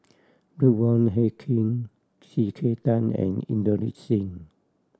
Ruth Wong Hie King C K Tang and Inderjit Singh